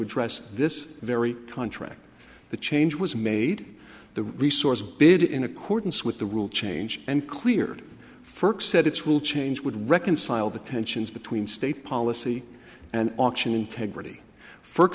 address this very contract the change was made the resource bid in accordance with the rule change and cleared first said it's will change would reconcile the tensions between state policy and auction integrity f